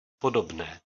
podobné